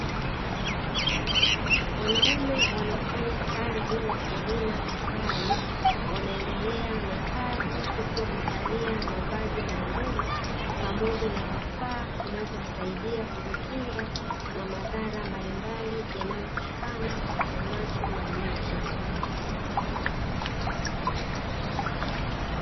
Wanaume wanaofanya kazi ya kurina asali, wanaendelea na kazi huku wamevalia mavazi maalumu pamoja na vifaa vinavyowasaidia kujikinga na madhara mbalimbali yanayotokana na kung'atwa na nyuki.